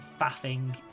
faffing